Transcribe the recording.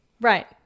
Right